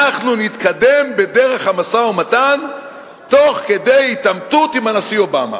אנחנו נתקדם בדרך המשא-ומתן תוך כדי התעמתות עם הנשיא אובמה,